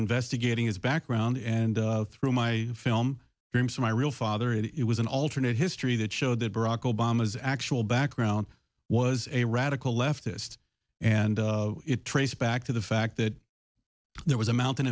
investigating his background and through my film dreams from my real father it was an alternate history that showed that barack obama's actual background was a radical leftist and it traced back to the fact that there was a mountain